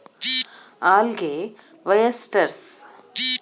algae, oysters